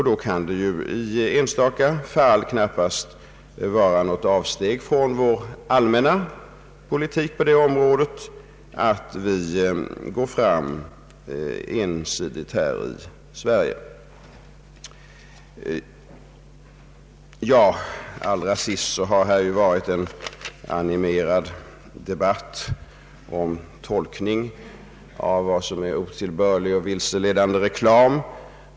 Det kan knappast anses vara ett avsteg från vår allmänna politik att vi i något enstaka fall fattar självständiga beslut på detta område. Till sist, herr talman, har det förts en animerad debatt om tolkningen av vad som är otillbörlig och vilseledande reklam.